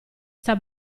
sta